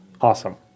Awesome